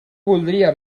voldria